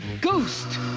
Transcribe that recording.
ghost